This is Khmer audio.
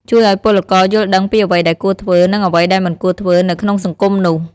ជួយឱ្យពលករយល់ដឹងពីអ្វីដែលគួរធ្វើ និងអ្វីដែលមិនគួរធ្វើនៅក្នុងសង្គមនោះ។